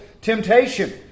temptation